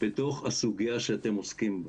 בתוך הסוגיה שאתם עוסקים בה.